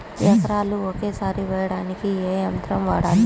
ఎకరాలు ఒకేసారి వేయడానికి ఏ యంత్రం వాడాలి?